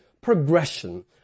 progression